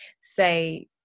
say